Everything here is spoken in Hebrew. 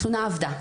התלונה אבדה.